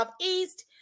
Southeast